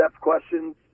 questions